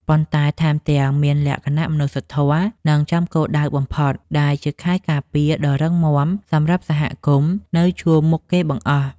ប៉ុន្តែថែមទាំងមានលក្ខណៈមនុស្សធម៌ និងចំគោលដៅបំផុត ដែលជាខែលការពារដ៏រឹងមាំសម្រាប់សហគមន៍នៅជួរមុខគេបង្អស់។